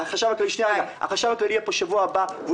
והחשב הכללי יהיה פה בשבוע הבא.